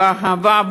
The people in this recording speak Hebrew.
באהבה,